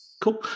cool